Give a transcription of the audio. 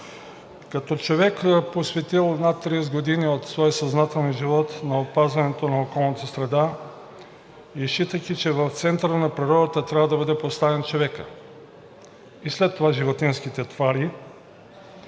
Като човек, посветил над 30 години от своя съзнателен живот на опазването на околната среда, и считайки, че в центъра на природата трябва да бъде поставен човекът и след това животинските твари,